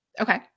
Okay